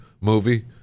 movie